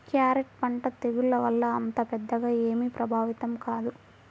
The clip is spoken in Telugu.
క్యారెట్ పంట తెగుళ్ల వల్ల అంత పెద్దగా ఏమీ ప్రభావితం కాదు